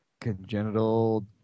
congenital